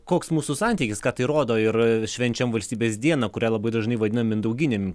koks mūsų santykis ką tai rodo ir švenčiam valstybės dieną kurią labai dažnai vadinam mindauginėm